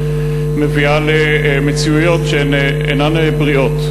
מביאה למציאויות שאינן בריאות.